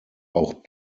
auch